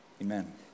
amen